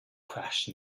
crash